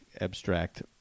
abstract